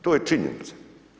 To je činjenica.